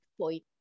point